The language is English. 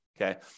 Okay